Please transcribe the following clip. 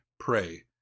Pray